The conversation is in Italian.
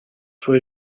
sua